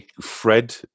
Fred